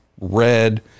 red